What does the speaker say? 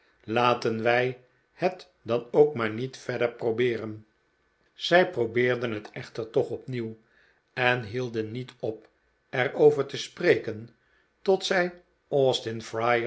laten wij het dan ook maar niet verder probeeren zij probeerden het echter toch opnieuw en hielden niet op er over te spreken tot zij